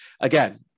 Again